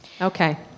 Okay